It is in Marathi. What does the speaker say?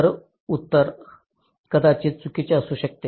तर उत्तर कदाचित चुकीचे असू शकते